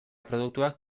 produktuak